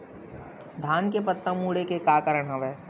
धान के पत्ता मुड़े के का कारण हवय?